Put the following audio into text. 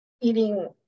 eating